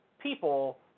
people